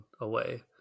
away